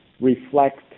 reflect